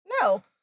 No